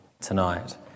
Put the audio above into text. tonight